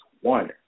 one